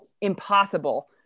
impossible